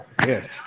Yes